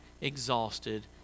exhausted